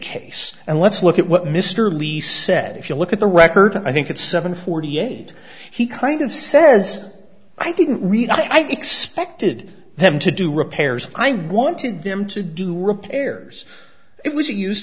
case and let's look at what mr leask said if you look at the record i think it's seven forty eight he kind of says i didn't read i expected them to do repairs i wanted them to do repairs it was a used